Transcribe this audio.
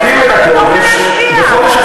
אבל אמרתי לך: הדואליות הזאת,